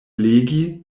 legi